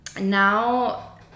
Now